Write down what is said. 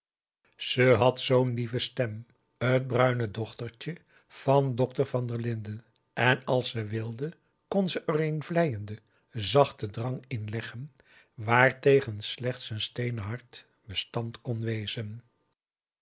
ze had zoo'n lieve stem t bruine dochtertje van dokter van der linden en als ze wilde kon ze er een vleienden p a daum de van der lindens c s onder ps maurits zachten drang in leggen waartegen slechts een steenen hart bestand kon wezen